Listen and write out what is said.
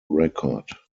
record